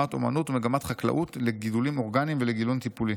מגמת אומנות ומגמת חקלאות לגידולים אורגניים ולגידול טיפולי.